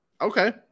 okay